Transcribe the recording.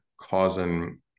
causing